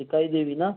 शिकाई देवी ना